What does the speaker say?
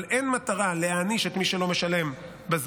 אבל אין מטרה להעניש את מי שלא משלם בזמן